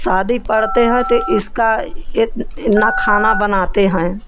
शादी पड़ते हैं ते इसका इतना खाना बनाते हैं